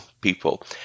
people